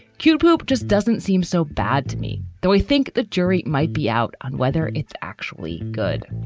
cute poop just doesn't seem so bad to me though. i think the jury might be out on whether it's actually good.